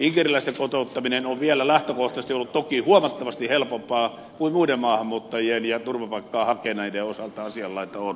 inkeriläisten kotouttaminen on vielä lähtökohtaisesti ollut toki huomattavasti helpompaa kuin muiden maahanmuuttajien ja turvapaikkaa hakeneiden osalta asianlaita on